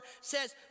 says